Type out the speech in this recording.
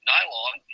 Nylon